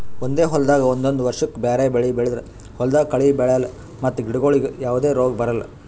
ಒಂದೇ ಹೊಲ್ದಾಗ್ ಒಂದೊಂದ್ ವರ್ಷಕ್ಕ್ ಬ್ಯಾರೆ ಬೆಳಿ ಬೆಳದ್ರ್ ಹೊಲ್ದಾಗ ಕಳಿ ಬೆಳ್ಯಾಲ್ ಮತ್ತ್ ಗಿಡಗೋಳಿಗ್ ಯಾವದೇ ರೋಗ್ ಬರಲ್